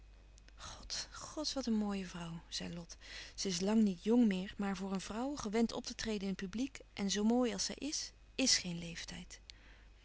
god god wat een mooie vrouw zei lot ze is lang niet jong meer maar voor een vrouw gewend op te treden in publiek en zoo mooi als zij is geen leeftijd